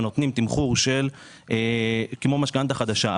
ונותנים תמחור כמו משכנתה חדשה.